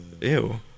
Ew